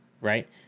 right